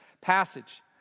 passage